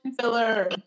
filler